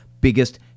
biggest